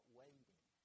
waiting